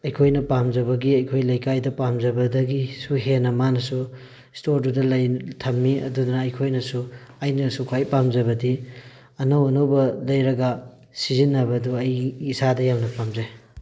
ꯑꯩꯈꯣꯏꯅ ꯄꯥꯝꯖꯕꯒꯤ ꯑꯩꯈꯣꯏ ꯂꯩꯀꯥꯏꯗ ꯄꯥꯝꯖꯕꯗꯒꯤꯁꯨ ꯍꯦꯟꯅ ꯃꯥꯅꯁꯨ ꯁ꯭ꯇꯣꯔꯗꯨꯗ ꯂꯩ ꯊꯝꯃꯤ ꯑꯗꯨꯅ ꯑꯩꯈꯣꯏꯅꯁꯨ ꯑꯩꯅꯁꯨ ꯈ꯭ꯋꯥꯏ ꯄꯥꯝꯖꯕꯗꯤ ꯑꯅꯧ ꯑꯅꯧꯕ ꯂꯩꯔꯒ ꯁꯤꯖꯤꯟꯅꯕꯗꯨ ꯑꯩ ꯏꯁꯥꯗ ꯌꯥꯝꯅ ꯄꯥꯝꯖꯩ